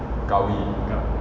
qawi